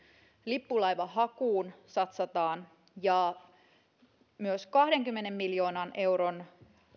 lippulaivahakuun ja myös kahdenkymmenen miljoonan euron